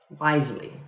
wisely